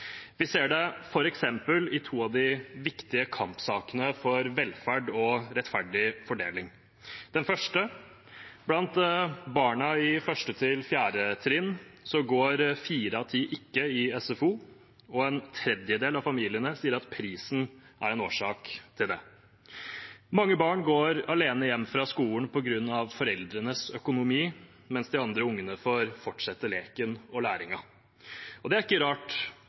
Vi ser det f.eks. i to av de viktige kampsakene for velferd og rettferdig fordeling. Den første: Blant barna i 1.–4. trinn går fire av ti ikke i SFO, og en tredjedel av familiene sier at prisen er en årsak til det. Mange barn går alene hjem fra skolen på grunn av foreldrenes økonomi, mens de andre ungene får fortsette leken og læringen. Det er ikke rart,